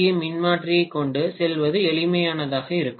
ஏ மின்மாற்றியைக் கொண்டு செல்வது எளிமையானதாக இருக்கும்